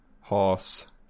Horse